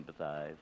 empathize